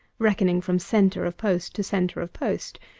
reckoning from centre of post to centre of post,